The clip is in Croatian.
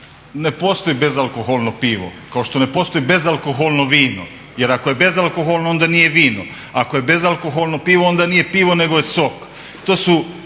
ne postoji bezalkoholno pivo kao što ne postoji bezalkoholno vino. Jer ako je bezalkoholno onda nije vino, ako je bezalkoholno pivo onda nije pivo, nego je sok.